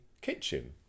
kitchen